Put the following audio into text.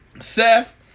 Seth